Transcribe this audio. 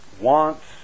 wants